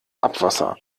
abwasser